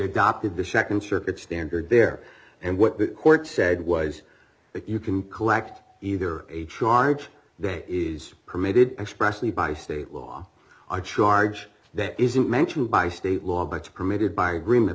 adopted the nd circuit standard there and what the court said was that you can collect either a charge there is permitted expressly by state law or charge that isn't mentioned by state law but to permitted by agreement